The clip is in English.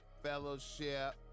fellowship